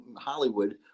Hollywood